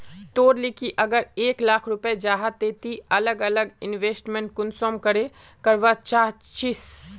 तोर लिकी अगर एक लाख रुपया जाहा ते ती अलग अलग इन्वेस्टमेंट कुंसम करे करवा चाहचिस?